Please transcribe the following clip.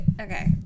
Okay